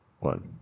one